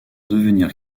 devenir